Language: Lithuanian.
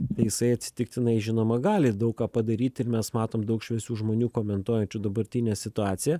tai jisai atsitiktinai žinoma gali daug ką padaryt ir mes matom daug šviesių žmonių komentuojančių dabartinę situaciją